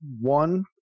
one